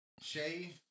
Shay